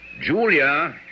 Julia